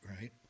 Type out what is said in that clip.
right